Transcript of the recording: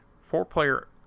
four-player